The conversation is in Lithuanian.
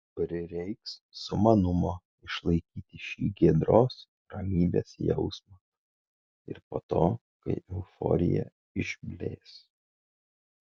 prireiks sumanumo išlaikyti šį giedros ramybės jausmą ir po to kai euforija išblės